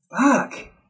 fuck